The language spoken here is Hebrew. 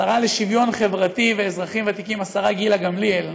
לשוויון חברתי ואזרחים ותיקים, השרה גילה גמליאל,